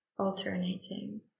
alternating